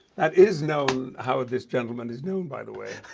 that is known how this gentleman is known by the way